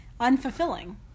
Unfulfilling